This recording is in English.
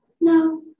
No